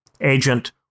agent